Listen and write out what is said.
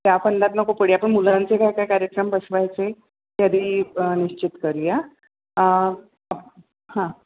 त्या फंदात नको पडूया पण मुलांचे काय काय कार्यक्रम बसवायचे ते आधी निश्चित करूया हां